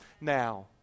now